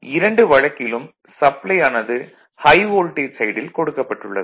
இரண்டு வழக்கிலும் சப்ளை ஆனது ஹை வோல்டேஜ் சைடில் கொடுக்கப்பட்டுள்ளது